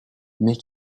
mais